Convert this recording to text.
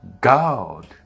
God